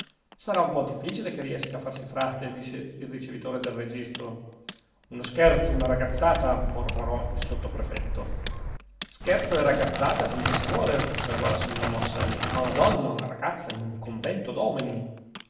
sarà un po difficile che riesca a farsi frate disse il ricevitore del registro uno scherzo una ragazzata mormorò il sottoprefetto scherzo e ragazzata finchè si vuole osservò la signora morselli ma una donna una ragazza in un convento d'uomini